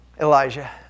Elijah